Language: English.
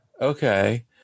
okay